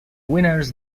winners